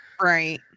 Right